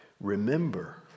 remember